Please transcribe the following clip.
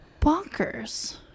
bonkers